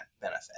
benefit